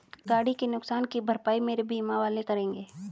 गाड़ी के नुकसान की भरपाई मेरे बीमा वाले करेंगे